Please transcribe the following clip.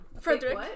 Frederick